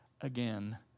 again